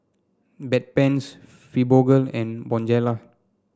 Bedpans Fibogel and Bonjela